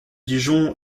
dijon